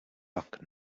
pak